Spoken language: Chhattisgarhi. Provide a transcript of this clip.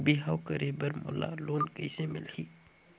बिहाव करे बर मोला लोन कइसे मिलही?